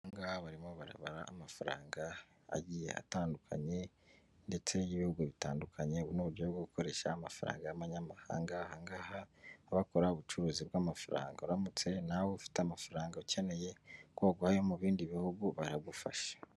Aha ngaha barimo barabara amafaranga agiye atandukanye ndetse n'ibihugu bitandukanye, ubu ni uburyo bwo gukoresha amafaranga y'amanyamahanga, aha ngaha bakora ubucuruzi bw'amafaranga. Uramutse nawe ufite amafaranga ukeneye ko baguha ayo mu bindi bihugu baragufasha.